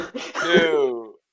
two